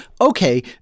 okay